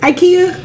Ikea